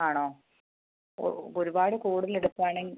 ആണോ ഒരുപാട് കൂടുതൽ എടുക്കുകയാണെങ്കിൽ